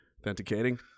Authenticating